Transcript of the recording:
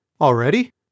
Already